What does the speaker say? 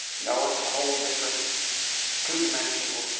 no. it's a whole different two-dimensional